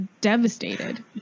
devastated